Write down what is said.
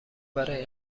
برای